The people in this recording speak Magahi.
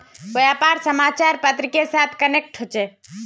व्यापार समाचार पत्र के साथ कनेक्ट होचे?